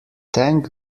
thank